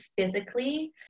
physically